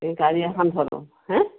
এই গাড়ী এখন ধৰোঁ হাঁ